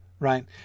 Right